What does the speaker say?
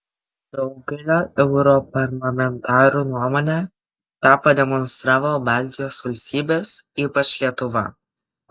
daugelio europarlamentarų nuomone tą pademonstravo baltijos valstybės ypač lietuva